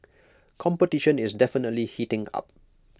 competition is definitely heating up